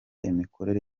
imikorere